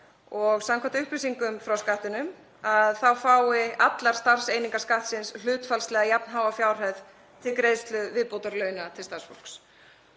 Samkvæmt upplýsingum frá Skattinum fá allar starfseiningar Skattsins hlutfallslega jafn háa fjárhæð til greiðslu viðbótarlauna til starfsfólks.